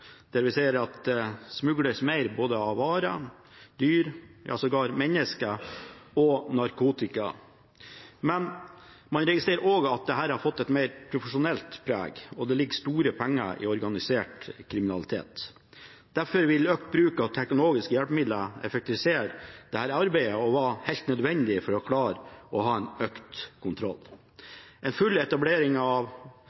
der vi ser at det smugles mer av både varer, dyr – ja, sågar mennesker – og narkotika. Man registrerer også at dette har fått et mer profesjonelt preg, og det ligger store penger i organisert kriminalitet. Derfor vil økt bruk av teknologiske hjelpemidler effektivisere dette arbeidet og være helt nødvendig for å klare å øke kontrollen. En full etablering av